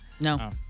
No